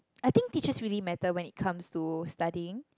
I think teachers really matter when it comes to studying